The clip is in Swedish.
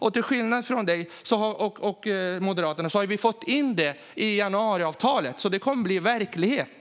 Och till skillnad från Moderaterna har vi fått in det i januariavtalet, så det kommer att bli verklighet.